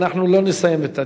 ואנחנו לא נסיים את הנושא.